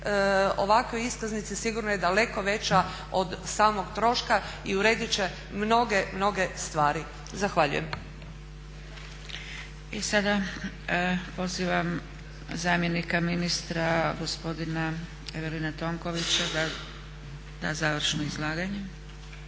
ovakve iskaznice sigurno je daleko veća od samog troška i urediti će mnoge, mnoge stvari. Zahvaljujem. **Zgrebec, Dragica (SDP)** I sada pozivam zamjenika ministra gospodina Evelina Tonkovića da da završno izlaganje.